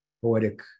poetic